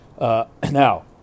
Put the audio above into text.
Now